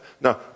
Now